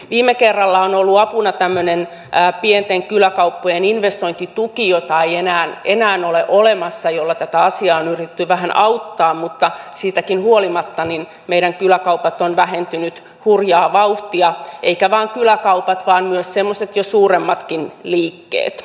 viime kerralla on ollut apuna tämmöinen pienten kyläkauppojen investointituki jota ei enää ole olemassa ja jolla tätä asiaa on yritetty vähän auttaa mutta siitäkin huolimatta meidän kyläkauppamme ovat vähentyneet hurjaa vauhtia eivätkä vain kyläkaupat vaan myös semmoiset jo suuremmatkin liikkeet